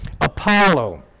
Apollo